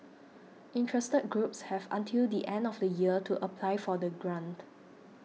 interested groups have until the end of the year to apply for the grant